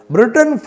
Britain